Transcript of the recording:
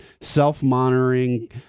self-monitoring